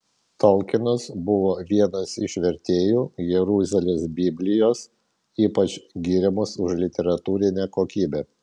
tolkinas buvo vienas iš vertėjų jeruzalės biblijos ypač giriamos už literatūrinę kokybę